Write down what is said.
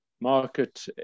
market